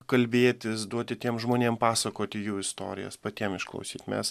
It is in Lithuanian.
kalbėtis duoti tiem žmonėm pasakoti jų istorijas patiem išklausyt mes